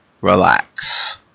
relax